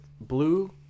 blue